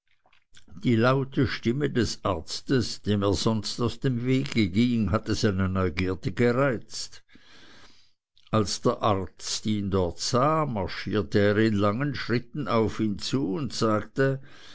die laute stimme des arztes dem er sonst aus dem wege ging hatte seine neugierde gereizt als der arzt ihn dort sah marschierte er in langen schritten auf ihn zu und sagte